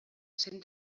cent